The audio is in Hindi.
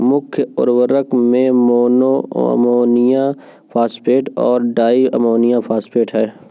मुख्य उर्वरक में मोनो अमोनियम फॉस्फेट और डाई अमोनियम फॉस्फेट हैं